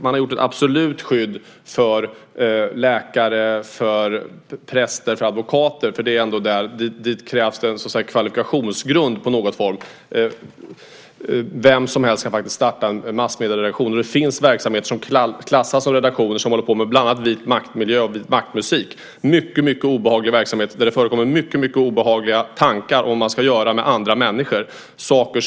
Man har gjort ett absolut skydd för läkare, präster och advokater eftersom det där krävs en kvalifikationsgrund. Vem som helst kan ju starta en massmedieredaktion. Det finns verksamheter som klassas som redaktioner och som håller på med bland annat vitmaktmiljö och vitmaktmusik - en mycket obehaglig verksamhet där det förekommer mycket obehagliga tankar om vad man ska göra med andra människor.